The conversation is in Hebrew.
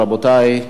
רבותי.